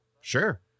Sure